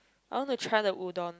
I want to try the udon